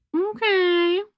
Okay